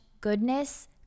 goodness